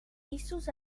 vistos